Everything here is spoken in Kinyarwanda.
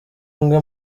umwe